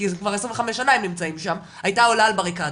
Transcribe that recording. כי זה כבר 25 שנה הם נמצאים שם - הייתה עולה על בריקדות.